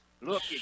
look